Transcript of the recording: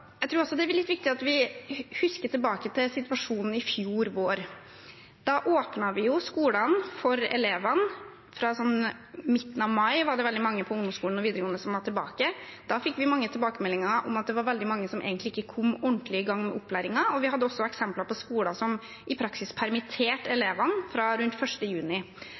Jeg tror også det er litt viktig at vi kikker tilbake på situasjonen i fjor vår. Da åpnet vi jo skolene for elevene. Fra midten av mai var det veldig mange på ungdomsskolen og videregående som var tilbake. Da fikk vi mange tilbakemeldinger om at det var veldig mange som egentlig ikke kom ordentlig i gang med opplæringen, og vi hadde også eksempler på skoler som i praksis permitterte elevene fra rundt 1. juni.